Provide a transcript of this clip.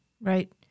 right